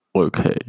Okay